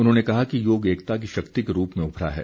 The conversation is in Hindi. उन्होंने कहा कि योग एकता की शक्ति के रूप में उभरा है